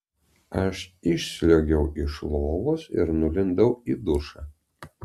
aš išsliuogiau iš lovos ir nulindau į dušą